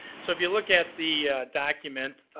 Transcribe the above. so if you look at the document,